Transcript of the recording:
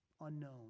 unknown